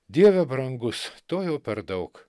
dieve brangus to jau per daug